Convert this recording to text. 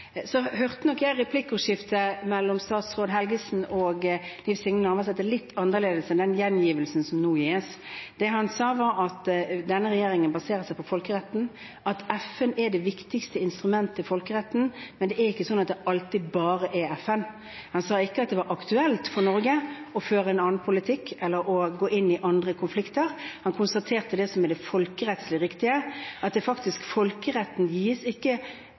Jeg hørte nok replikkordskiftet mellom statsråd Helgesen og Liv Signe Navarsete litt annerledes enn den gjengivelsen som nå ble gitt. Det han sa, var at denne regjeringen baserer seg på folkeretten, at FN er det viktigste instrumentet for folkeretten. Det er ikke slik at det alltid bare er FN. Han sa ikke at det var aktuelt for Norge å føre en annen politikk eller gå inn i andre konflikter. Han konstaterte det som er folkerettslig viktig, at fortolkningen av folkeretten ikke gis